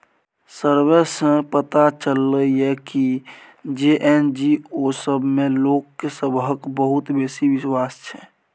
survey सँ पता चलले ये की जे एन.जी.ओ सब मे लोक सबहक बहुत बेसी बिश्वास छै